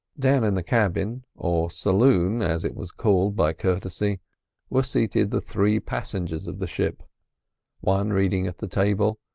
down in the cabin or saloon, as it was called by courtesy were seated the three passengers of the ship one reading at the table,